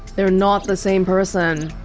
they're not the same person